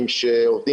פשוט מאוד,